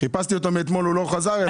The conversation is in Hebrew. חיפשתי אותו מאתמול, הוא לא חזר אלי.